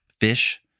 Fish